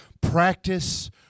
practice